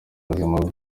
buzima